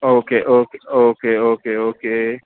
okay okay okay okay okay